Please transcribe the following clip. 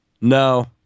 no